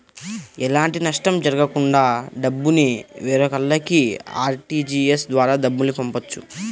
ఎలాంటి నష్టం జరగకుండా డబ్బుని వేరొకల్లకి ఆర్టీజీయస్ ద్వారా డబ్బుల్ని పంపొచ్చు